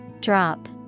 drop